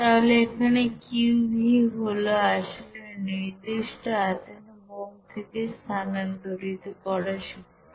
তাহলে এখানে Qv হল আসলে নির্দিষ্ট আয়তনে বোম্ব থেকে স্থানান্তরিত করা শক্তি